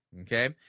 Okay